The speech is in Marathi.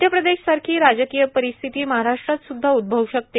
मध्य प्रदेशासारखी राजकीय परिस्थिती महाराष्ट्रात सुद्धा उद्भवू शकते